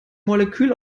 molekül